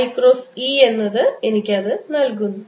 i cross E എനിക്ക് അത് നൽകുന്നു